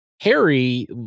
Harry